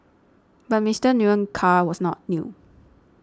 but Mister Nguyen's car was not new